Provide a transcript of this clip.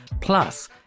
Plus